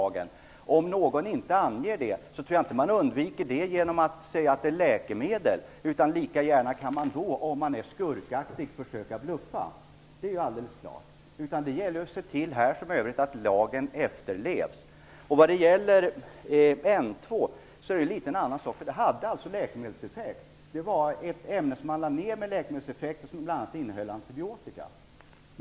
Om någon inte anger det, så tror jag inte att man undviker problemet genom att säga att det är ett läkemedel. Om man är skurkaktig kan man lika gärna försöka bluffa då. Det är helt klart. Det gäller att se till här, liksom på andra områden, att lagen efterlevs. Det är faktiskt litet annorlunda när det gäller rotfyllnadsmaterialet N2. Det har nämligen läkemedelseffekt. Det är ett ämne med läkemedelseffekt som bl.a. innehåller antibiotika.